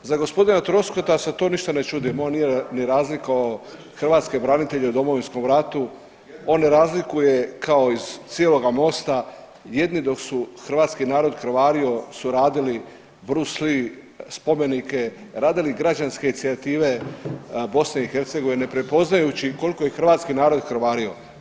Za gospodina Troskota se to ništa ne čudim, on nije ni razlikovao hrvatske branitelje u Domovinskom ratu, on ne razlikuje kao iz cijeloga MOST-a jedni dok su hrvatski narod krvario su radili Bruce Lee spomenike, radili građanske inicijative BiH ne prepoznajući koliko je hrvatski narod krvario.